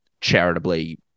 charitably